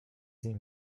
nim